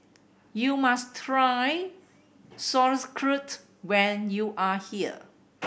you must try Sauerkraut when you are here